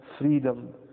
freedom